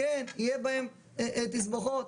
יהיו בהם תסבוכות,